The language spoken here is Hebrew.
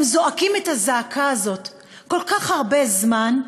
הם זועקים את הזעקה הזאת כל כך הרבה זמן,